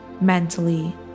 mentally